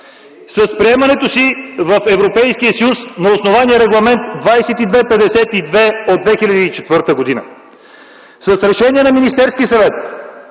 С приемането си в Европейския съюз на основание Регламент 2252 от 2004 г. С решение на Министерския съвет,